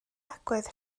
agwedd